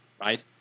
right